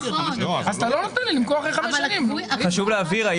חשוב להבהיר,